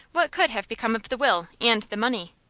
what could have become of the will and the money?